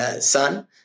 Son